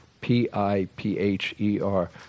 P-I-P-H-E-R